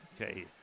Okay